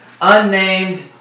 Unnamed